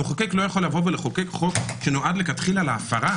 המחוקק לא יכול לחוקק חוק שנועד מלכתחילה להפרה.